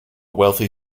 wealthy